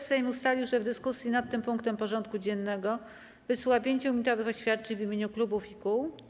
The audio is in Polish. Sejm ustalił, że w dyskusji nad tym punktem porządku dziennego wysłucha 5-minutowych oświadczeń w imieniu klubów i kół.